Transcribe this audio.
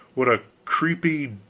what a creepy,